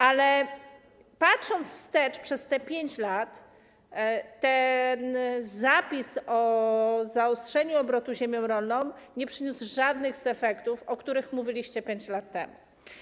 Ale patrząc wstecz, przez te 5 lat zapis o zaostrzeniu co do obrotu ziemią rolną nie przyniósł żadnych efektów, o których mówiliście 5 lat temu.